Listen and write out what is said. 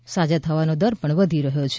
તો સાજા થવાનો દર પણ વધી રહ્યો છે